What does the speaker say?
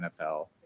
NFL